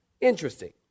Interesting